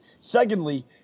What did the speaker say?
Secondly